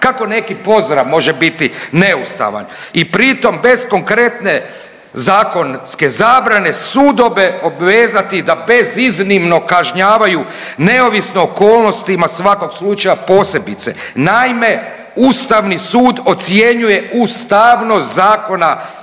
Kako neki pozdrav može biti neustavan i pritom bez konkretne zakonske zabrane sudove obvezati da beziznimno kažnjavaju neovisno o okolnostima svakog slučaja posebice. Naime, ustavni sud ocjenjuje ustavnost zakona i